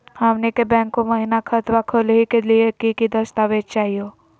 हमनी के बैंको महिना खतवा खोलही के लिए कि कि दस्तावेज चाहीयो?